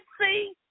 see